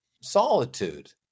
solitude